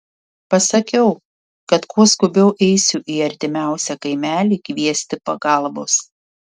pasakiau kad kuo skubiau eisiu į artimiausią kaimelį kviesti pagalbos